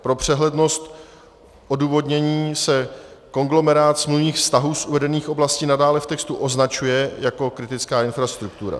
Pro přehlednost odůvodnění se konglomerát smluvních vztahů z uvedených oblastí nadále v textu označuje jako kritická infrastruktura.